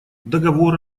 договор